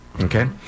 Okay